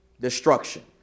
Destruction